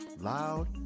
loud